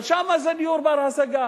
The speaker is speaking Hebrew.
אבל שם זה דיור בר-השגה,